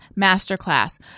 masterclass